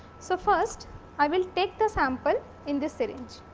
so, first i will take the sample in the syringe.